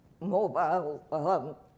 mobile